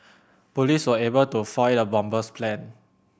police were able to foil the bomber's plan